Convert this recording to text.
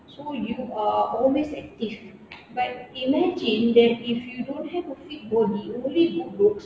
so you are always active but imagine that if you don't have a fit body only good looks